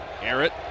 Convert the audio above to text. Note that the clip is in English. Garrett